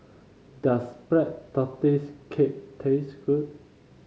does Black Tortoise Cake taste good